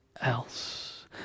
else